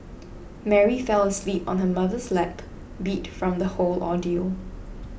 Mary fell asleep on her mother's lap beat from the whole ordeal